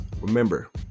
remember